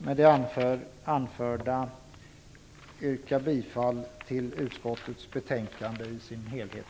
Med det anförda yrkar jag bifall till utskottets hemställan i betänkandet i dess helhet.